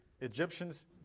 Egyptians